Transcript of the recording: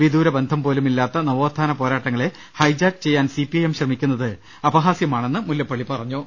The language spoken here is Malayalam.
വിദൂരബന്ധം പോലുമില്ലാത്ത നവോത്ഥാന പോരാട്ട ങ്ങളെ ഹൈജാക്ക് ചെയ്യാൻ സി പി ഐ എം ശ്രമിക്കുന്നത് അപഹാസ്യമാണെന്ന് അദ്ദേഹം തിരുവനന്തപുരത്ത് പറ ഞ്ഞു